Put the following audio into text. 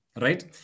right